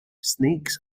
snakes